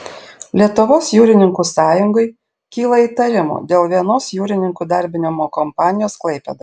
lietuvos jūrininkų sąjungai kyla įtarimų dėl vienos jūrininkų įdarbinimo kompanijos klaipėdoje